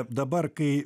dabar kai